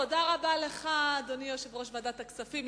תודה רבה לך, אדוני יושב-ראש ועדת הכספים.